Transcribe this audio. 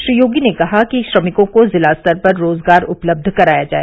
श्री योगी ने कहा कि श्रमिकों को जिला स्तर पर रोजगार उपलब्ध कराया जाए